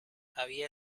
había